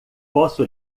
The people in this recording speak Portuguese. posso